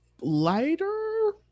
lighter